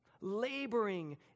laboring